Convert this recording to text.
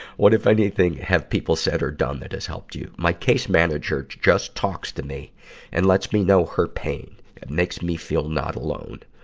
what, if anything, have people said or done that has helped you? my case manager just talks to me and lets me know her pain. it makes me feel not alone.